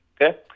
okay